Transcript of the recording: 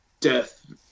death